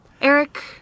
Eric